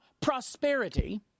prosperity